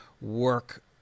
work